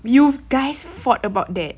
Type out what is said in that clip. you guys fought about that